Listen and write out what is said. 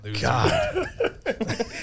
God